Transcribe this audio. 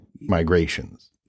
migrations